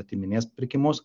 atiminės pirkimus